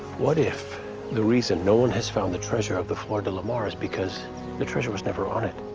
what if the reason no one has found the treasure of the flor delamar is because the treasure was never on it.